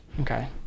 Okay